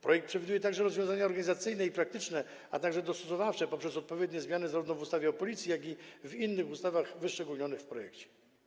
Projekt przewiduje także rozwiązania organizacyjne i praktyczne, a także dostosowawcze, poprzez odpowiednie zmiany zarówno w ustawie o Policji, jak i w innych ustawach wyszczególnionych w projekcie.